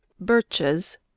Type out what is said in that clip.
Birches